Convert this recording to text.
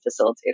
facilitator